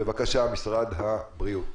משרד הבריאות,